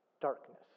darkness